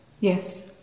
Yes